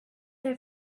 her